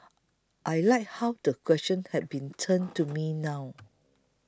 I like how the question has been turned to me now